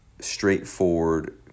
straightforward